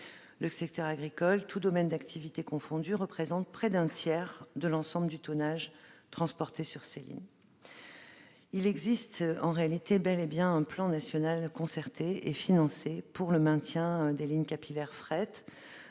Le secteur agricole, tous domaines d'activité confondus, représente près d'un tiers de l'ensemble du tonnage transporté sur ces lignes. Il existe bel et bien un plan national concerté et financé pour le maintien des lignes capillaires de